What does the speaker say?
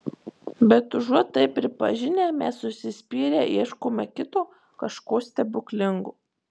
bet užuot tai pripažinę mes užsispyrę ieškome kito kažko stebuklingo